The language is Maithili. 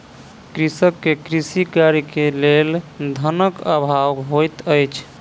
कृषक के कृषि कार्य के लेल धनक अभाव होइत अछि